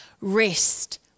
Rest